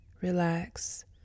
relax